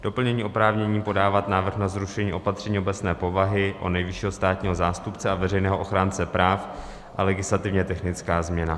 Doplnění oprávnění podávat návrh na zrušení opatření obecné povahy o nejvyššího státního zástupce a veřejného ochránce práv a legislativně technická změna.